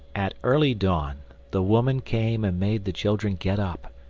at early dawn the woman came and made the children get up.